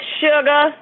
sugar